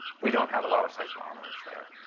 we don't have a lot of seismometers there.